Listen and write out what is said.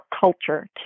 culture